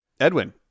Edwin